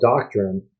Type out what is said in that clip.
doctrine